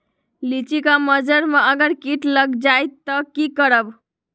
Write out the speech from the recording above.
लिचि क मजर म अगर किट लग जाई त की करब?